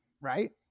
right